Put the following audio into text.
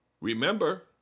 remember